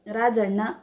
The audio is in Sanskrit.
राजण्ण